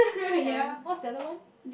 then what is the other one